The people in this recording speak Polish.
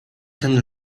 ten